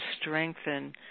strengthen